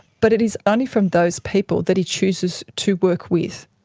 but it is only from those people that he chooses to work with.